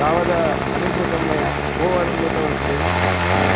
तावद् अनुभूतं मया बहु अनुभूतमस्ति